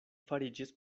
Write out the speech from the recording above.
fariĝis